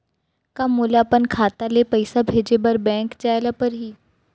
का मोला अपन खाता ले पइसा भेजे बर बैंक जाय ल परही?